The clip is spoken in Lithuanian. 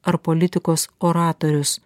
ar politikos oratorius